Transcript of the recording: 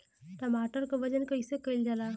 टमाटर क वजन कईसे कईल जाला?